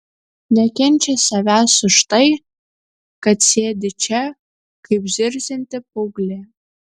nekenčia savęs už tai kad sėdi čia kaip zirzianti paauglė